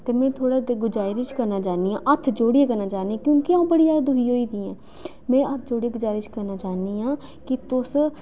ते में थुआढ़े अग्गें गजारश करना चाह्न्नी आं हत्थ जोड़ियै करना चाह्न्नी आं क्योंकि अ'ऊं बड़ी जैदा दुखी होई दी आं में हत्थ जोड़ियै गजारश करना चाह्न्नी आं कि तुस